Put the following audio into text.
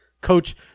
Coach